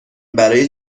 برای